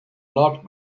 not